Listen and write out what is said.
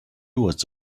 was